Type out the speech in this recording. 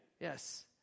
Yes